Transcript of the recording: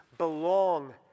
Belong